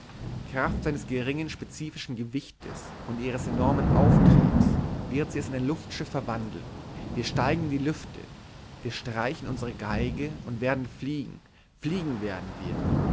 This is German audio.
kraft ihres geringen spezifischen gewichtes und ihres enormen auftriebs wird sie es in ein luftschiff verwandeln wir steigen in die lüfte wir streichen unsere geige und werden fliegen fliegen werden wir